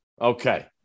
Okay